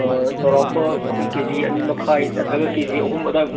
ꯆꯥꯎꯔꯥꯛꯄ ꯑꯩꯈꯣꯏ K G ꯑꯅꯤ ꯃꯈꯥꯥꯏ ꯅꯠꯇ꯭ꯔꯒ ꯀꯦ ꯖꯤ ꯑꯍꯨꯝ ꯑꯗꯥꯏ